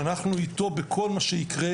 שאנחנו איתו בכל מה שיקרה,